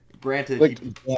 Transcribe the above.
granted